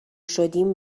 شدیم